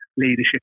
Leadership